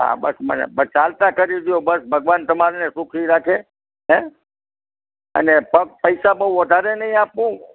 હા બસ મને ચાલતા કરી દ્યો બસ ભગવાન તમને સુખી રાખે હે અને પગ પૈસા બહુ વધારે નહીં આપું